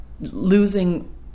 losing